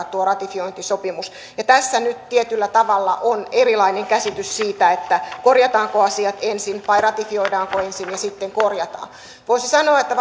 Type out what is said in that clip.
tuo ratifiointisopimus tässä nyt tietyllä tavalla on erilainen käsitys siitä korjataanko asiat ensin vai ratifioidaanko ensin ja sitten korjataan voisi sanoa että